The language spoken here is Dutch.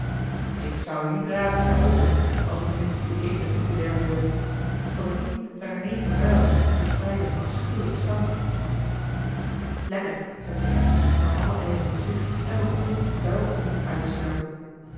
ik zou u niet raden ze te openen als u ten minste uw eetlust niet bederven wilt van de tien zijn er negen vuil en verspreiden een afschuwelijken stank lekker zei jacky nam alle eieren voor zich en begon ze vuil of niet uit te slurpen